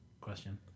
Question